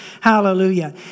Hallelujah